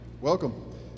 Welcome